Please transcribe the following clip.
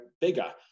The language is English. bigger